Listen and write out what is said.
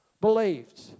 believed